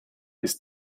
ist